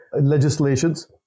legislations